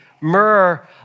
Myrrh